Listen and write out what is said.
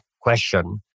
question